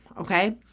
Okay